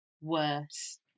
worse